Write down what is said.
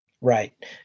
Right